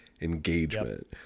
engagement